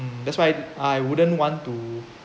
mm that's why I wouldn't want to